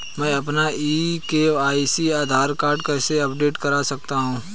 मैं अपना e KYC Aadhaar card कैसे अपडेट कर सकता हूँ?